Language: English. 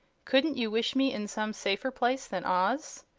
couldn't you wish me in some safer place than oz.